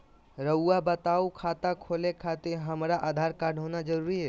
रउआ बताई खाता खोले खातिर हमरा आधार कार्ड होना जरूरी है?